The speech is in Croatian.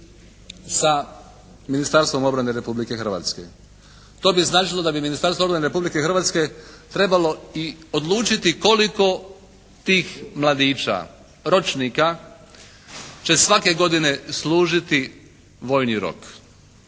sa Ministarstvom obrane Republike Hrvatske. To bi značilo da bi Ministarstvo obrane Republike Hrvatske trebalo i odlučiti koliko tih mladića, ročnika će svake godine služiti vojni rok?